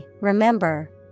remember